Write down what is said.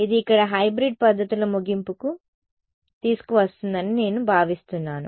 ఇది ఇక్కడ హైబ్రిడ్ పద్ధతుల ముగింపుకు తీసుకువస్తుందని నేను భావిస్తున్నాను